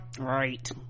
right